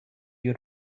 you